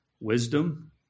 Wisdom